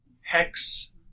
hex